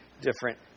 different